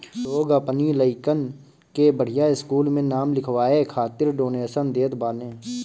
लोग अपनी लइकन के बढ़िया स्कूल में नाम लिखवाए खातिर डोनेशन देत बाने